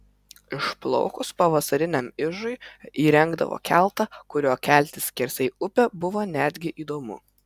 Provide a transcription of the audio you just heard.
išplaukus pavasariniam ižui įrengdavo keltą kuriuo keltis skersai upę buvo netgi įdomu